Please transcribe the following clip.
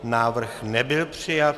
Návrh nebyl přijat.